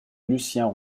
lucien